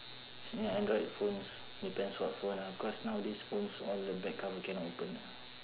then android phones depends what phone ah cause nowadays phones all the back cover cannot open